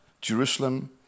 jerusalem